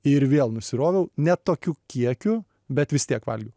ir vėl nusiroviau ne tokiu kiekiu bet vis tiek valgiau